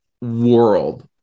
world